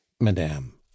madame